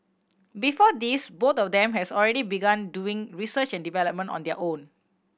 before this both of them has already begun doing research and development on their own